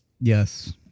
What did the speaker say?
Yes